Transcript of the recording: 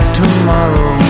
tomorrow